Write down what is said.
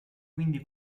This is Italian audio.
quindi